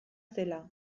zela